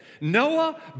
Noah